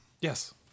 Yes